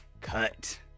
cut